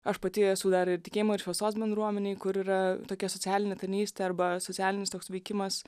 aš pati esu dar ir tikėjimo ir šviesos bendruomenėj kur yra tokia socialinė tarnystė arba socialinis toks veikimas